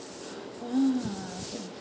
!huh!